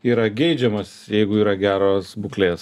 yra geidžiamas jeigu yra geros būklės